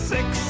Six